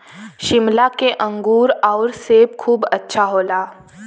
शिमला के अंगूर आउर सेब खूब अच्छा होला